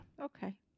Okay